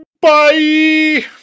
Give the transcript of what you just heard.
Bye